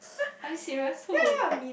I serious who